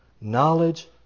knowledge